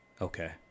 Okay